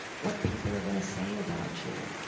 what people are going to say about you,